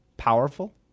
Powerful